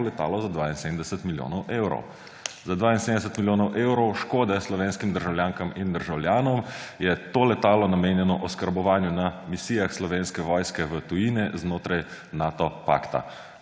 letalo za 72 milijonov evrov. Za 72 milijonov evrov škode slovenskim državljankam in državljanom je to letalo namenjeno oskrbovanju na misijah Slovenske vojske v tujini znotraj Nato pakta.